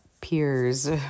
peers